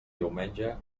diumenge